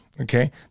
Okay